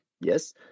yes